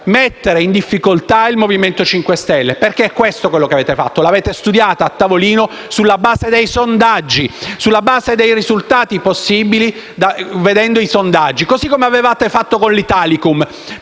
mettere in difficoltà il Movimento 5 Stelle. È questo, quello che avete fatto. Avete studiato questo disegno di legge a tavolino sulla base dei sondaggi, sulla base dei risultati possibili guardando i sondaggi, così come avevate fatto con l'Italicum.